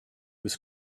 was